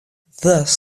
thus